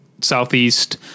Southeast